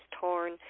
torn